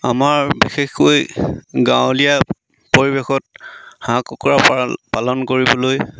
আমাৰ বিশেষকৈ গাঁৱলীয়া পৰিৱেশত হাঁহ কুকুৰা পাল পালন কৰিবলৈ